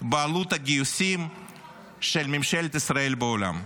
בעלות הגיוסים של ממשלת ישראל בעולם.